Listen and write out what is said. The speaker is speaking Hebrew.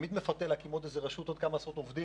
תמיד מפתה להקים עוד איזה רשות עם עוד כמה עשרות עובדים,